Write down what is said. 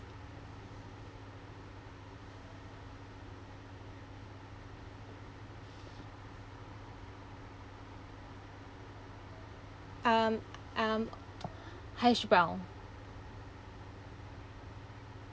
um um hash brown